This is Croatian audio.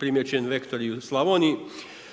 primijećen vektor i u Slavoniji,